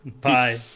bye